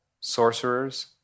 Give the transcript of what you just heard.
sorcerers